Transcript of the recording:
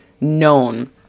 known